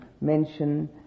mention